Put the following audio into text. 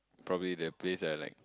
probably the place that I like